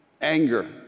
Anger